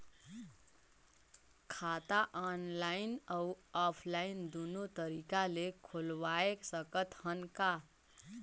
खाता ऑनलाइन अउ ऑफलाइन दुनो तरीका ले खोलवाय सकत हन का?